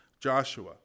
Joshua